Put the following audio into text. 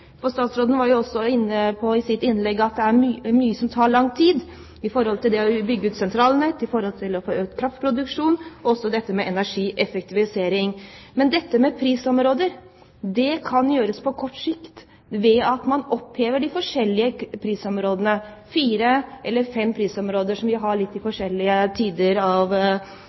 Statsråden var i sitt innlegg også inne på at det er mye som tar lang tid, det å bygge ut sentralnett, det å få økt kraftproduksjon og også energieffektivisering. Men prisområder kan det gjøres noe med på kort sikt ved at man opphever de forskjellige prisområdene, fire eller fem prisområder som vi har litt til forskjellige